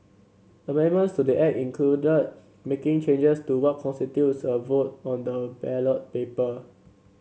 Amendments to the Act included making changes to what constitutes a vote on the ballot paper